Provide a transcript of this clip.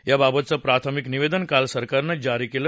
याबाबतचं प्राथमिक निवेदन काल सरकारनं जारी केलं